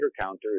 counter